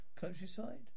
countryside